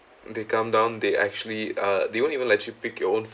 they come down they actually uh they won't even let you pick your own